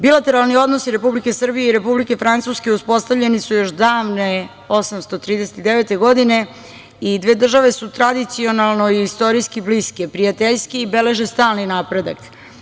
Bilateralni odnosi Republike Srbije i Republike Francuska uspostavljeni su još davne 1839. godine i dve države su tradicionalno i istorijski bliske, prijateljske i beleže stalni napredak.